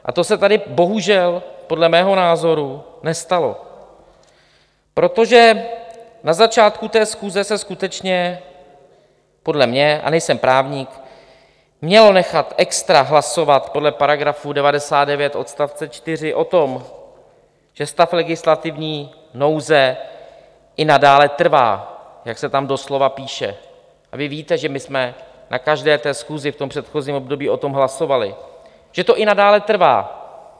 A to se tady bohužel podle mého názoru nestalo, protože na začátku schůze se skutečně podle mě, a nejsem právník, mělo nechat extra hlasovat podle § 99 odst. 4 o tom, že stav legislativní nouze i nadále trvá, jak se tam doslova píše, a vy víte, že jsme na každé schůzi v předchozím období o tom hlasovali, že to i nadále trvá.